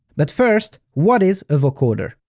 but first, what is a vocoder?